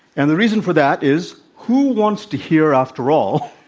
and the reason for that is who wants to hear, after all,